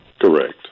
Correct